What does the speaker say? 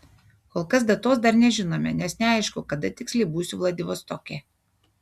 kol kas datos dar nežinome nes neaišku kada tiksliai būsiu vladivostoke